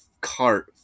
cart